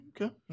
Okay